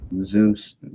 zeus